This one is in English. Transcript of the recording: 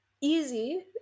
easy